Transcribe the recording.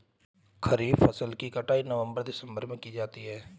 खरीफ फसल की कटाई नवंबर दिसंबर में की जाती है